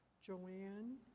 Joanne